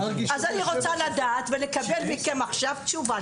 אז אני רוצה לדעת ולקבל מכם עכשיו תשובה,